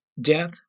death